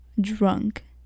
drunk